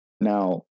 Now